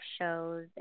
shows